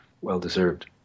well-deserved